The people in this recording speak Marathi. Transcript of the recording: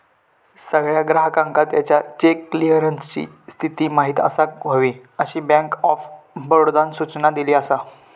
सगळ्या ग्राहकांका त्याच्या चेक क्लीअरन्सची स्थिती माहिती असाक हवी, अशी बँक ऑफ बडोदानं सूचना दिली असा